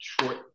short